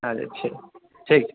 अच्छा ठीक ठीक